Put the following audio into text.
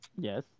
yes